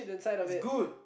is good